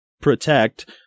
protect